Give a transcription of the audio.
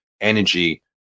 energy